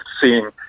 seeing